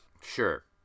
Sure